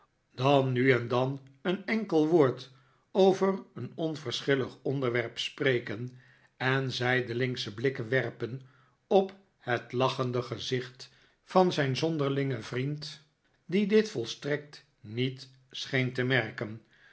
dan nu en dan een enkel woord over een onverschillig onderwerp spreken en zijdelingsche blikken werpen op het lachende gezicht van zijn zonderlingen vriend die dit volstrekt niet scheen te merken